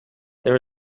there